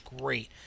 great